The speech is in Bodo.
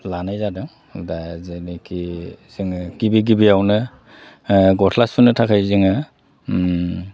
लानाय जादों दा जेनाखि जोङो गिबि गिबियावनो गस्ला सुनो थाखाय जोङो